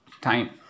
time